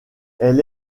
elle